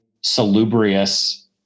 salubrious